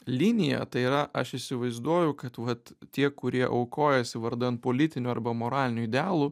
liniją tai yra aš įsivaizduoju kad vat tie kurie aukojasi vardan politinių arba moralinių idealų